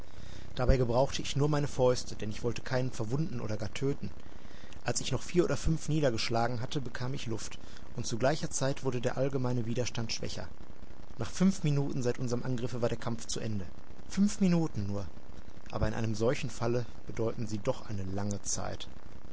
dabei gebrauchte ich nur meine fäuste denn ich wollte keinen verwunden oder gar töten als ich noch vier oder fünf niedergeschlagen hatte bekam ich luft und zu gleicher zeit wurde der allgemeine widerstand schwächer nach fünf minuten seit unserm angriffe war der kampf zu ende fünf minuten nur aber in einem solchen falle bedeuten sie doch eine lange zeit